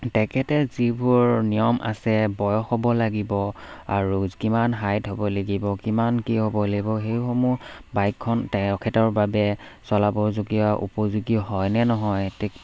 তেখেতে যিবোৰ নিয়ম আছে বয়স হ'ব লাগিব আৰু কিমান হাইট হ'ব লাগিব কিমান কি হ'ব লাগিব সেইসমূহ বাইকখন তেখেতৰ বাবে চলাবৰ যোগীয়া উপযোগী হয় নে নহয় তে